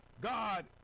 God